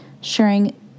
sharing